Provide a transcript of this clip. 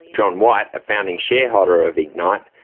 john white, a founding shareholder of ignite,